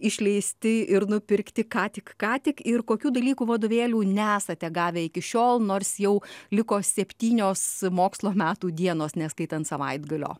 išleisti ir nupirkti ką tik ką tik ir kokių dalykų vadovėlių nesate gavę iki šiol nors jau liko septynios mokslo metų dienos neskaitant savaitgalio